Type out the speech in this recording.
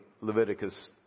Leviticus